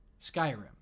Skyrim